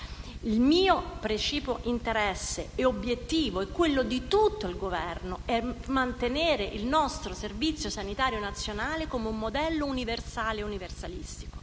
Il mio precipuo interesse ed obiettivo, e quello di tutto il Governo, è mantenere il nostro Servizio sanitario nazionale come un modello universale e universalistico,